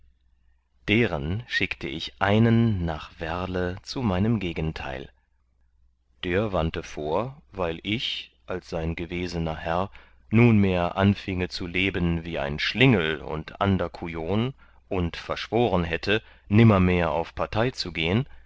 deren schickte ich einen nach werle zu meinem gegenteil der wande vor weil ich als sein gewesener herr nunmehr anfienge zu leben wie ein schlingel und ander kujon und verschworen hätte nimmermehr auf partei zu gehen